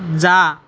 जा